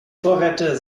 vorräte